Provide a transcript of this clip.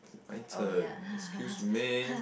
my turn excuse me